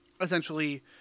essentially